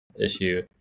Issue